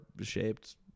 shaped